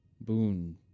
boon